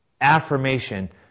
affirmation